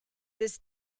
this